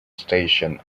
station